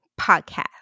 podcast